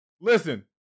Listen